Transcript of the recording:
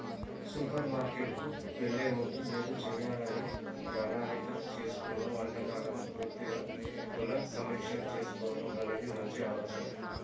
super మార్కెట్కు వెళ్ళే ముందు మీరు చేయ్యాలని ప్రణాళిక చేసుకున్న వంటకాలను పూర్తిగా పునఃసమీక్ష చేసుకోవడం అనేది మంచి ఆలోచన